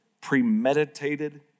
premeditated